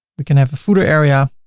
we can have the footer area,